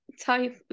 type